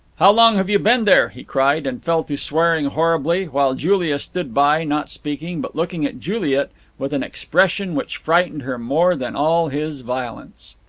how long have you been there? he cried, and fell to swearing horribly while julia stood by, not speaking, but looking at juliet with an expression which frightened her more than all his violence.